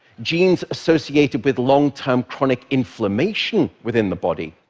genes associated with long-term chronic inflammation within the body,